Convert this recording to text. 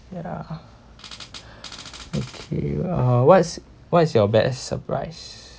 ya okay uh what's what is your best surprise